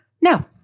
No